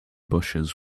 bushes